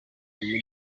muri